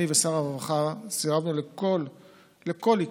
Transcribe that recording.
אני ושר הרווחה סירבנו לכל עיכוב,